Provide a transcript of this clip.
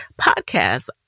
podcast